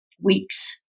weeks